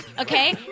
okay